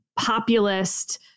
populist